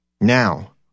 Now